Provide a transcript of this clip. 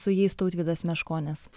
su jais tautvydas meškonis